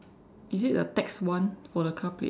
is it a tax one for the car plate